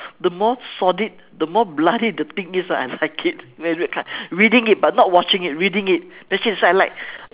the more sordid the more bloody the thing is ah I like it very weird right reading it but not watching it reading it actually that's what I like